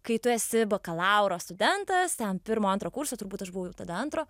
kai tu esi bakalauro studentas ten pirmo antro kurso turbūt aš buvau jau tada antro